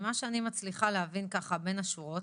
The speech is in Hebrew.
ממה שאני מצליחה להבין בין השורות,